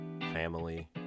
family